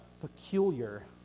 peculiar